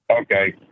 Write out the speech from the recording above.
Okay